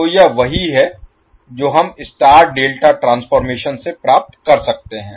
तो यह वही है जो हम स्टार डेल्टा ट्रांसफॉर्मेशन से प्राप्त कर सकते हैं